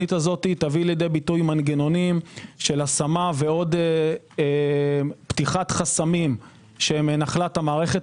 היא תביא לידי ביטוי מנגנונים של השמה ועוד פתיחת חסמים שהם נחלת המערכת